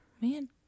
Man